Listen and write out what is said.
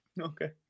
okay